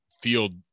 field